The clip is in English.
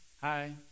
hi